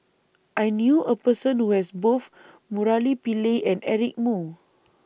I knew A Person Who has Both Murali Pillai and Eric Moo